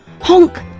Honk